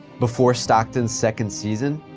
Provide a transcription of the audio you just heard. before stockton's second season,